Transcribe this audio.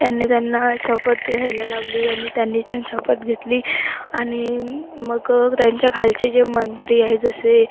यांनी त्यांना शपथ घ्यायला लावली आणि त्यांनी छान शपथ घेतली आणि मग त्यांच्याखालचे जे मंत्री आहे जसे